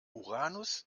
uranus